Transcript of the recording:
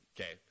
Okay